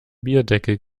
bierdeckel